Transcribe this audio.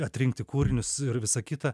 atrinkti kūrinius ir visa kita